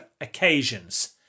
occasions